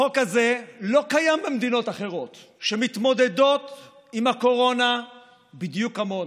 החוק הזה לא קיים במדינות אחרות שמתמודדות עם הקורונה בדיוק כמונו.